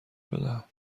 بدهم